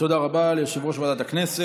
תודה רבה ליושב-ראש ועדת הכנסת.